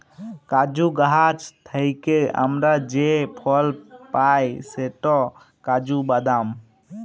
কাজু গাহাচ থ্যাইকে আমরা যে ফল পায় সেট কাজু বাদাম